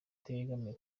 itegamiye